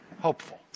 hopeful